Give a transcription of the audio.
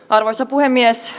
arvoisa puhemies